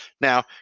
Now